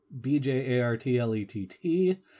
b-j-a-r-t-l-e-t-t